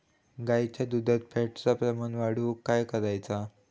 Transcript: गाईच्या दुधात फॅटचा प्रमाण वाढवुक काय करायचा?